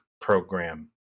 program